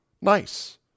nice